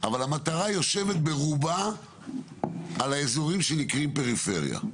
אבל המטרה יושבת ברובה על האזורים שנקראים פריפריה.